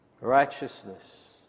Righteousness